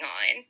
on